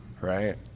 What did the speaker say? right